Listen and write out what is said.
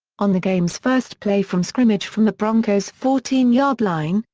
on the game's first play from scrimmage from the broncos' fourteen yard line,